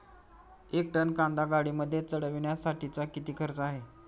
एक टन कांदा गाडीमध्ये चढवण्यासाठीचा किती खर्च आहे?